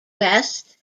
west